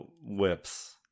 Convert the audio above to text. whips